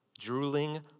drooling